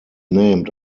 named